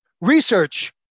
Research